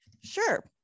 Sure